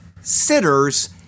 sitters